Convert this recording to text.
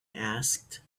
asked